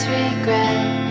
regret